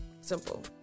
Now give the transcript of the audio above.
Simple